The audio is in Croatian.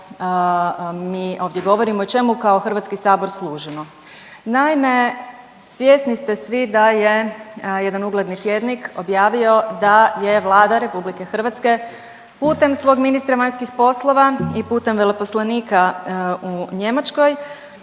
mi ovdje govorimo o čemu kao HS služimo. Naime, svjesni ste vi da je jedan ugledni tjednik objavio da je Vlada RH putem svog ministra vanjskih poslova i putem veleposlanika u Njemačkoj